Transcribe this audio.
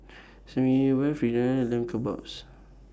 Fritada and Lamb Kebabs